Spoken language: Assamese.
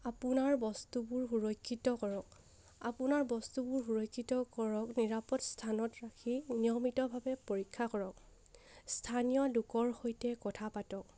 আপোনাৰ বস্তুবোৰ সুৰক্ষিত কৰক আপোনাৰ বস্তুবোৰ সুৰক্ষিত কৰক নিৰাপদ স্থানত ৰাখি নিয়মিতভাৱে পৰীক্ষা কৰক স্থানীয় লোকৰ সৈতে কথা পাতক